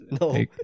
no